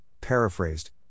paraphrased